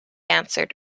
answered